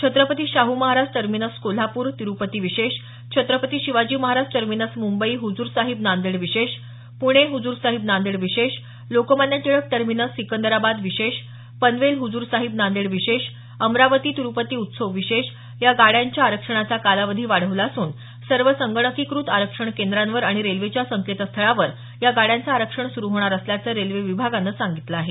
Chhatrapati Shahu Maharaj terminus Kolhapur Tirupati विशेष Chhatrapati Shivaji Maharaj terminus Mumbai Hazur Sahib Nanded विशेष पुणे हजूर साहिब नांदेड विशेष लोकमान्य टिळक टर्मिनस सिकंदराबाद विशेष पनवेल हुजुर साहिब नांदेड विशेष अमरावती तिरुपती उत्सव विशेष या गाड्यांच्या आरक्षणाचा कालावधी वाढवला असून सर्व संगणकीकृत आरक्षण केंद्रांवर आणि रेल्वेच्या संकेतस्थळावर या गाड्यांचं आरक्षण सुरू होणार असल्याचं रेल्वे विभागानं सांगितलं आहे